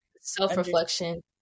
self-reflection